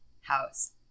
house